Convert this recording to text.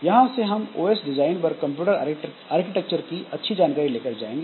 यहां से हम ओऐस डिजाइन पर कंप्यूटर आर्किटेक्चर की अच्छी जानकारी लेकर जाएंगे